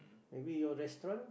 maybe your restaurant